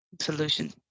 solution